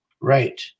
Right